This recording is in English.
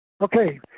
Okay